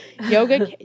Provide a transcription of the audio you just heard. Yoga